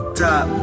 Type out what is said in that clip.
top